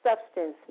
substance